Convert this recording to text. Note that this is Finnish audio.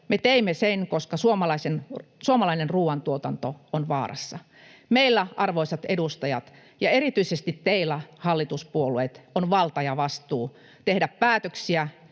Me teimme sen, koska suomalainen ruuantuotanto on vaarassa. Meillä, arvoisat edustajat, ja aivan erityisesti teillä, hallituspuolueet, on valta ja vastuu tehdä päätöksiä,